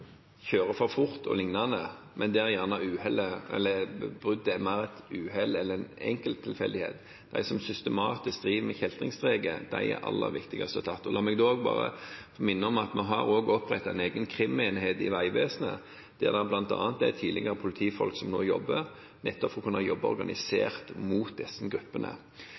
kjører for fort o.l., men der bruddet gjerne er mer et uhell eller en enkelttilfeldighet. De som systematisk driver med kjeltringsstreker, er aller viktigst å få tatt. La meg minne om at vi har opprettet en egen krimenhet i Vegvesenet, der det bl.a. jobber tidligere politifolk, nettopp for å kunne jobbe organisert mot disse gruppene.